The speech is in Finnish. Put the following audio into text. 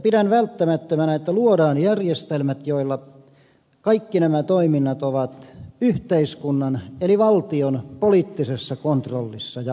pidän välttämättömänä että luodaan järjestelmät joilla kaikki nämä toiminnat ovat yhteiskunnan eli valtion poliittisessa kontrollissa ja ohjauksessa